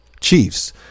Chiefs